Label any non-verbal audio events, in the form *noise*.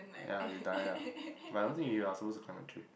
yeah you die ah *breath* but I don't think you are supposed to climb a tree